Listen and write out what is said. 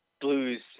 blues